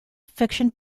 fiction